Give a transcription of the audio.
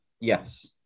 Yes